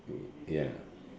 mm ya